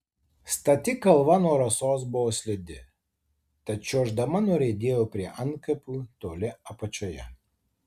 stati kalva nuo rasos buvo slidi tad čiuoždama nuriedėjau prie antkapių toli apačioje